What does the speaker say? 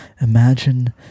Imagine